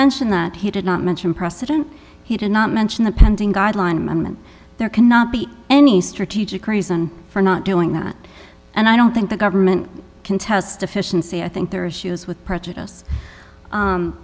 mention that he did not mention precedent he did not mention the pending guideline amendment there cannot be any strategic reason for not doing that and i don't think the government can tell us deficiency i think there are issues with prejudice